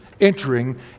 entering